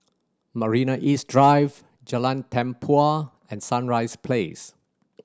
Marina East Drive Jalan Tempua and Sunrise Place